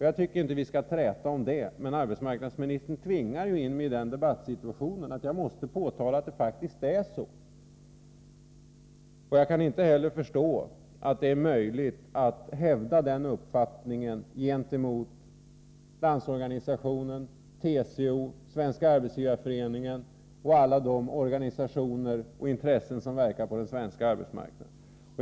Jag tycker inte att vi skall träta om det, men arbetsmarknadsministern tvingar in mig i denna debattsituation, och då måste jag påtala att det faktiskt är så. Jag kan inte heller förstå att det är möjligt att hävda denna uppfattning gentemot Landsorganisationen, TCO, Svenska arbetsgivareföreningen och alla de organisationer och intressen som verkar på den svenska arbetsmarknaden.